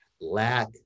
lack